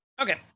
okay